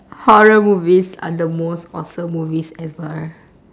horror movies are the most awesome movies ever